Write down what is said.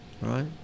Right